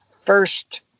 first